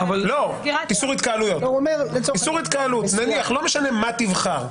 איסור התקהלות, נניח, לא משנה מה תבחר.